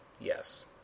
Yes